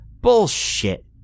Bullshit